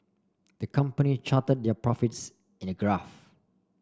the company charted their profits in a graph